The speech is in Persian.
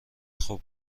خوب